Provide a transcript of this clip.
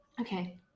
Okay